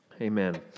Amen